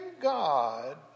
God